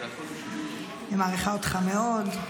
אני מעריכה אותך מאוד,